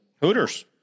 Hooters